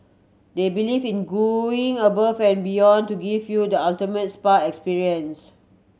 they believe in going above and beyond to give you the ultimate spa experience